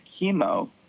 chemo